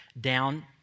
down